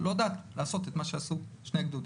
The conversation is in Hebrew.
לא יודע לעשות את מה שעשו שני גדודים.